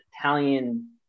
Italian